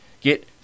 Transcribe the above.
Get